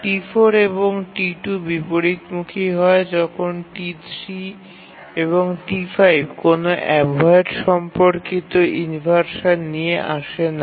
T4 এবং T2 বিপরীতমুখী হয় যখন T3 এবং T5 কোনও অ্যাভয়েড সম্পর্কিত ইনভারশান নিয়ে আসে না